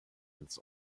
ins